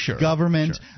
government